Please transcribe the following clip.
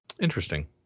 Interesting